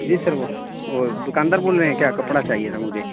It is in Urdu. جی سر وہ وہ دکاندار بول رہے ہیں کیا کپڑا چاہیے تھا مجھے